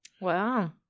Wow